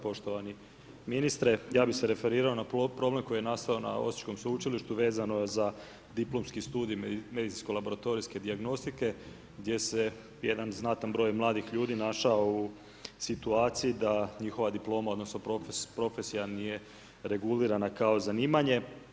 Poštovani ministre, ja bih se referirao na problem koji je nastao na Osječkom sveučilištu vezano je za Diplomski studij medicinsko-laboratorijske dijagnostike gdje se jedan znatan broj mladih ljudi našao u situaciji da njihova diploma odnosno profesija nije regulirana kao zanimanje.